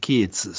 Kids